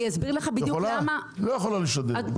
אני אסביר לך בדיוק למה --- את לא יכולה לשדר.